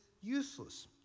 useless